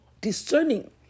discerning